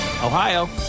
Ohio